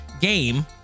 game